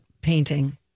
painting